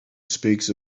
speaks